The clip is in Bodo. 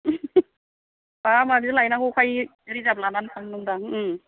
माबा माबि लायनांगौखाय रिजार्भ लानानै थांनो सानदों आं